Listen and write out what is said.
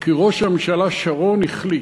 כי ראש הממשלה שרון החליט.